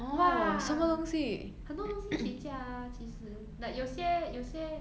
!wah! 很多东西起价 ah 其实 like 有些有些